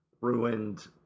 ruined